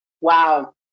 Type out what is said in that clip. wow